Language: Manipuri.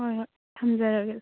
ꯍꯣꯏ ꯍꯣꯏ ꯊꯝꯖꯔꯒꯦ